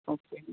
okay